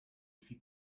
suis